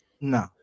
no